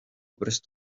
prest